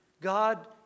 God